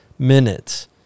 minutes